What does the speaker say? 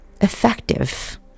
effective